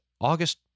August